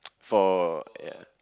for ya